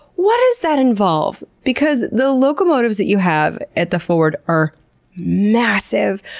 what does that involve? because the locomotives that you have at the ford are massive.